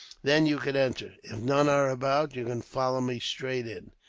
then you can enter. if none are about, you can follow me straight in.